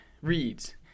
reads